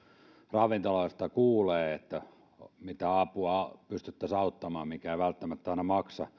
ravintoloista kuulee mitä apua pystyttäisiin antamaan mikä ei välttämättä aina maksa